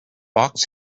box